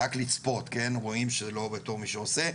רק לצפות, כן, רואים שזה לא בתור מי שעוסק.